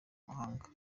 mahanga